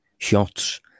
shots